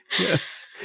yes